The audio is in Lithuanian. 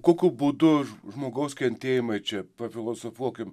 kokiu būdu žmogaus kentėjimai čia pafilosofuokim